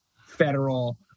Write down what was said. federal